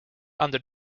under